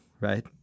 right